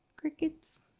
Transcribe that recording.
Crickets